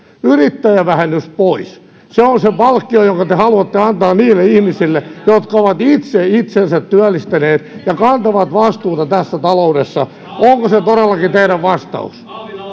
yrittäjävähennys pois se on se palkkio jonka te haluatte antaa niille ihmisille jotka ovat itse itsensä työllistäneet ja kantavat vastuuta tässä taloudessa onko se todellakin teidän vastauksenne